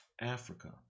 Africa